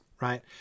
right